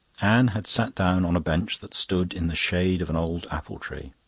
anne had sat down on a bench that stood in the shade of an old apple tree.